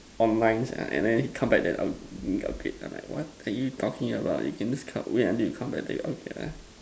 on lines and then he come back then upgrade I'm like what are you talking about you can just come wait until you come back then you upgrade lah